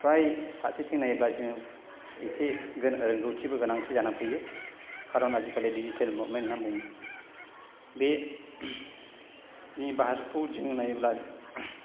फ्राय फारसेथिं नायोब्ला जोङो एसे गोनां रोंगौथिबो गोनांथि जानानै फैयो खारन आजिखालि डिजिटेल मुभमेन्ट होननानै बुङो बे जोंनि भारतखौ जों नायोब्ला